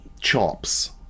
chops